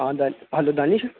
हां दानी हाैलो दानिश